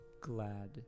glad